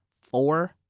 four